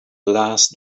last